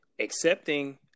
accepting